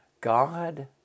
God